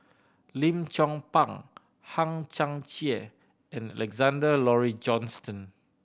Lim Chong Pang Hang Chang Chieh and Alexander Laurie Johnston